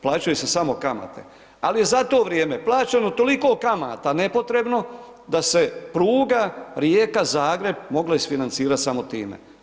Plaćaju se samo kamate, ali je za to vrijeme plaćeno toliko kamata nepotrebno da se pruga Rijeka – Zagreb mogla izfinancirat samo time.